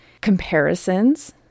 comparisons